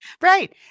Right